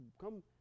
come